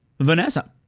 Vanessa